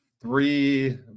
three